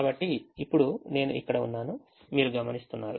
కాబట్టి ఇప్పుడు నేను ఇక్కడ ఉన్నాను మీరు గమనిస్తున్నారు